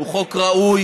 הוא חוק ראוי.